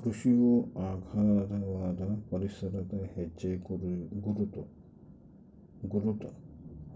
ಕೃಷಿಯು ಅಗಾಧವಾದ ಪರಿಸರದ ಹೆಜ್ಜೆಗುರುತ